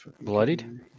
bloodied